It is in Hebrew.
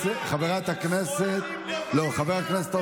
לא שמענו מילה אחת.